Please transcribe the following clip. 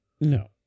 No